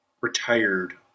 retired